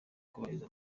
kubahiriza